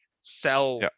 sell